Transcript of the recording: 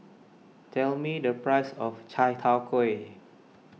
tell me the price of Chai Tow Kuay